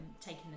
taking